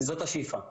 זאת השאיפה.